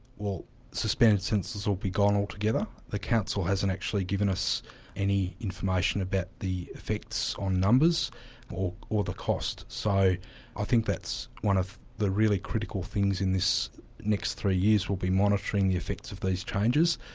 well suspended sentences will be gone altogether. the council hasn't actually given us any information about the effects on numbers or or the cost. so i think that's one of the really critical things in this next three years we'll be monitoring the effects of these changes,